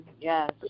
Yes